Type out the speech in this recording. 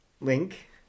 Link